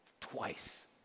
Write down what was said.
twice